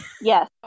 yes